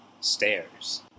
Stairs